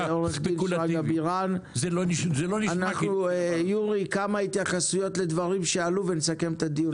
נשמע את יורי בהתייחסות לדברים שעלו בבקשה.